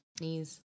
knees